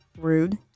Rude